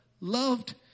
loved